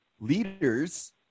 leaders